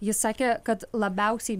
jis sakė kad labiausiai